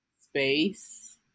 space